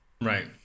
right